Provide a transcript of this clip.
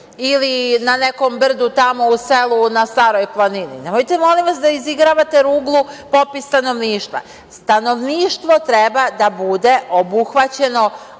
Ili, na nekom brdu tamo u selu na Staroj planini. Nemojte, molim vas, da izigravate ruglu popis stanovništva. Stanovništvo treba da bude obuhvaćeno